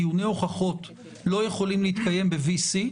דיוני הוכחות לא יכולים להתקיים ב-VC,